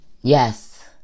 Yes